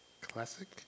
classic